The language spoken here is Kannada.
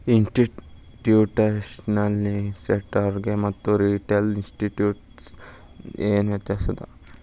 ಇನ್ಸ್ಟಿಟ್ಯೂಷ್ನಲಿನ್ವೆಸ್ಟರ್ಸ್ಗು ಮತ್ತ ರಿಟೇಲ್ ಇನ್ವೆಸ್ಟರ್ಸ್ಗು ಏನ್ ವ್ಯತ್ಯಾಸದ?